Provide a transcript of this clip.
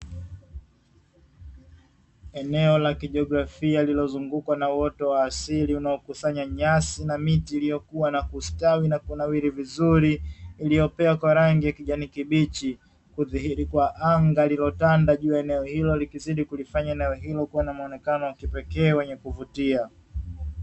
Eneo la kijiografia linalozungukwa na uoto wa asili unaokusanya nyasi na miti, iliyokuwa na kustawi na kunawiri vizuri iliyopea kwa rangi ya kijani kibichi, kudhihiri kwa anga lililotanda juu ya eneo hilo likizidi kulifanya eneo hilo kuwa na muonekano wa kipekee wenye kuvutia.